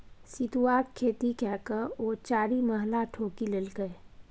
सितुआक खेती ककए ओ चारिमहला ठोकि लेलकै